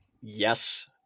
yes